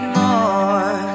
more